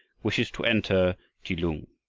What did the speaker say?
wishes to enter kelung,